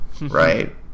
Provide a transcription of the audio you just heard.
Right